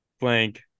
blank